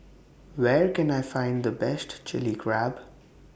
Where Can I Find The Best Chilli Crab